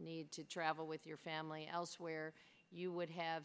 need to travel with your family elsewhere you would have